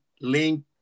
Link